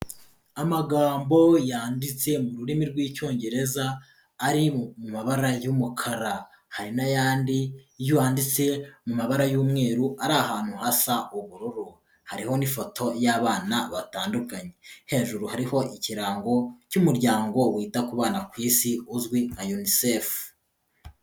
Amagambo yanditse mu rurimi rw'icyongereza, ari mu mabara y'umukara, hari n'ayandi yaditse mu mabara y'umweru ari ahantu hasa ubururu, hariho n'ifoto y'abana batandukanye, hejuru hariho ikirango cy'umuryango wita ku bana ku Isi uzwi nka Unicef.